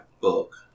book